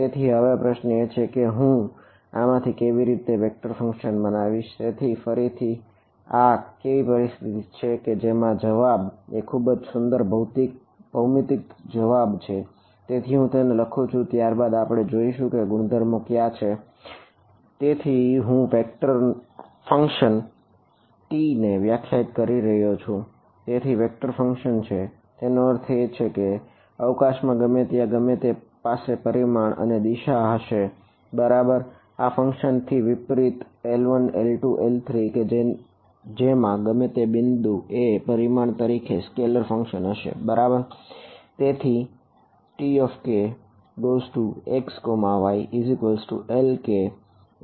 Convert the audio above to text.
તેથી હવે પ્રશ્ન એ છે કે હું આમાંથી કેવી રીતે વેક્ટર ફંક્શન છે તેનો અર્થ એ છે કે અવકાશમાં ગમે ત્યાં તેની પાસે પરિમાણ અને દિશા હશે બરાબર આ ફંક્શન થી વિપરીત L1L2L3 કે જેમાં ગમે તે બિંદુ એ પરિમાણ તરીકે સ્કેલાર ફંક્શન હશે બરાબર